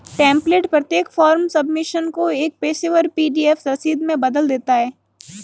template प्रत्येक form submission को एक पेशेवर पी.डी.एफ रसीद में बदल देता है